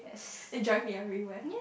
and you drive me everywhere